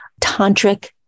tantric